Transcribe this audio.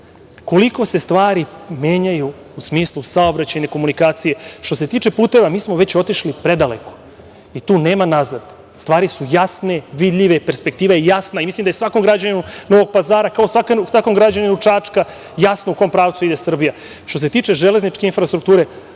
koliko se stvari menjaju u smislu saobraćajne komunikacije. Što se tiče puteva mi smo već otišli predaleko i tu nema nazad. Stvari su jasne, vidljive, perspektiva je jasna i mislim da je svakom građaninu Novog Pazara kao svakom građaninu Čačka jasno u kom pravcu ide Srbija. Što se tiče železničke infrastrukture